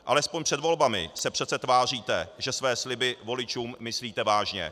Alespoň před volbami se přece tváříte, že své sliby voličům myslíte vážně.